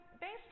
based